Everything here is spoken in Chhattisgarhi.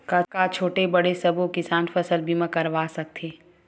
का छोटे बड़े सबो किसान फसल बीमा करवा सकथे?